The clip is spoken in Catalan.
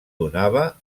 donava